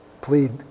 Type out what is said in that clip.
plead